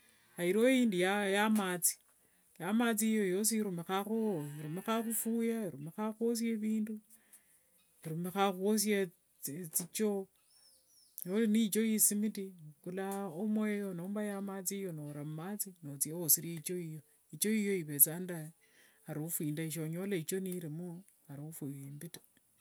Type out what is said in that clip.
Nairiwo indi ya mathi. Mathi hiyo imalanga ieumikhakho khufuya, irumikha khuosia vindu, irumikha khuosia thichoo. Noli neichoo ya isimiti, ovukula omo eyo nomba ya mathi iyo, nora umathi nothia wosiria ichoo yiyo. Ichoo yiyo ivethanga nende arufu indai sonyola ichoo nilimo arufu imbi taa.